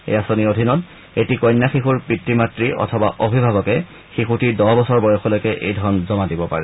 এই আঁচনিৰ অধীনত এটি কন্যা শিশুৰ পিত মাত় আথবা অবিভাৱকে শিশুটিৰ দহ বছৰ বয়সলৈকে এই ধন জমা দিব পাৰে